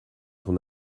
ton